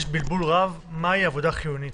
יש בלבול רב מהי עבודה חיונית.